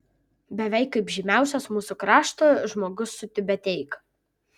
beveik kaip žymiausias mūsų krašto žmogus su tiubeteika